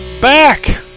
Back